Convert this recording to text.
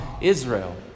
Israel